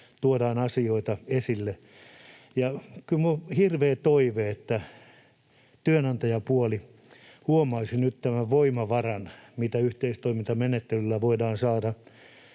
tuodaan asioita esille. Ja kyllä minulla on hirveä toive, että työnantajapuoli huomaisi nyt tämän voimavaran — sen, mitä yhteistoimintamenettelyllä voidaan saada